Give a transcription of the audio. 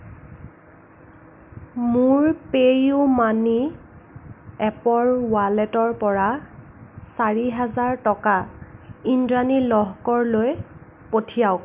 মোৰ PayU money এপৰ ৱালেটৰ পৰা চাৰি হাজাৰ টকা ইন্দ্ৰাণী লহকৰলৈ পঠিয়াওক